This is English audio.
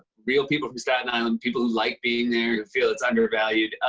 real people from staten island, people who like being there, who feel it's undervalued.